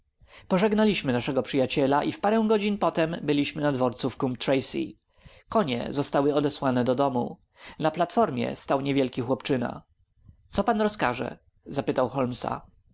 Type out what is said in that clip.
biernie pożegnaliśmy naszego przyjaciela i w parę godzin potem byliśmy na dworcu w coombe tracey konie zostały odesłane do domu na platformie stał niewielki chłopczyna co pan rozkaże zapytał holmesa